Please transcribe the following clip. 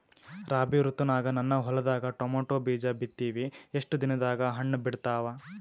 ರಾಬಿ ಋತುನಾಗ ನನ್ನ ಹೊಲದಾಗ ಟೊಮೇಟೊ ಬೀಜ ಬಿತ್ತಿವಿ, ಎಷ್ಟು ದಿನದಾಗ ಹಣ್ಣ ಬಿಡ್ತಾವ?